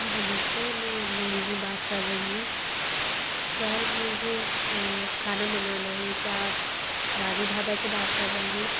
नमस्ते मैं मोहिनी बात कर रही हूँ सर मुझे खाना मंगाना है क्या आप राजू ढाबा से बात कर रहे हैं